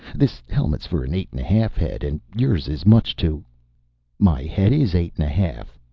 this helmet's for an eight and a half head, and yours is much too my head is eight and a half,